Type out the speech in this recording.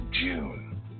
June